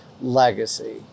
legacy